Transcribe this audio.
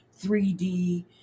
3D